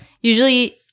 Usually